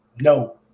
no